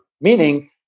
meaning